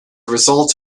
result